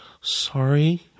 sorry